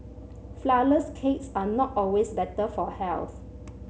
flourless cakes are not always better for health